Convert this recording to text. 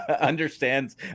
understands